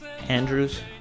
Andrews